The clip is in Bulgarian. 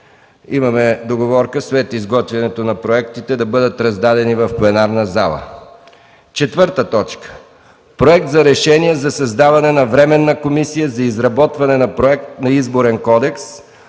Имаме договорка след изготвянето на проектите да бъдат раздадени в пленарната зала. 4. Проект за решение за създаване на Временна комисия за изработване на проект на Изборен кодекс.